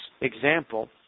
example